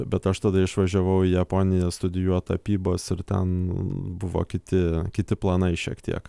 bet aš tada išvažiavau į japoniją studijuot tapybos ir ten buvo kiti kiti planai šiek tiek